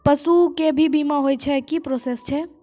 पसु के भी बीमा होय छै, की प्रोसेस छै?